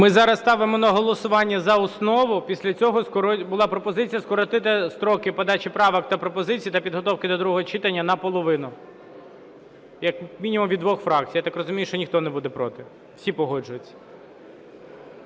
Ми зараз ставимо на голосування за основу. Після цього була пропозиція скоротити строки подачі правок та пропозицій та підготовки до другого читання наполовину як мінімум від двох фракцій. Я так розумію, що ніхто не буде проти. Всі погоджуються.